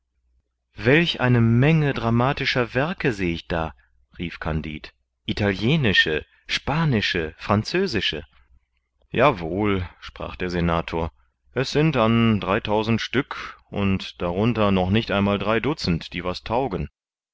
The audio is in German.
welch eine menge dramatischer werke seh ich da rief kandid italienische spanische französische ja wohl sprach der senator es sind an dreitausend stück und darunter noch nicht einmal drei dutzend die was taugen